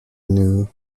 new